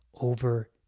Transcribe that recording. over